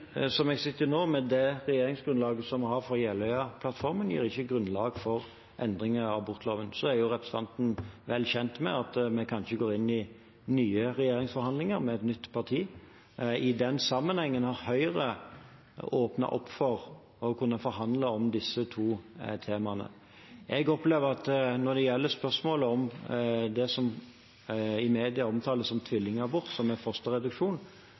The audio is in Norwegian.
som jeg sitter i nå, med det regjeringsgrunnlaget vi har i Jeløya-plattformen, gir ikke grunnlag for endringer i abortloven. Så er representanten vel kjent med at vi kanskje går inn i nye regjeringsforhandlinger med et nytt parti. I den sammenhengen har Høyre åpnet opp for å kunne forhandle om disse to temaene. Jeg opplever at når det gjelder spørsmålet om det som i media omtales som tvillingabort, fosterreduksjon, er det veldig mange som